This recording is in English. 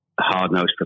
hard-nosed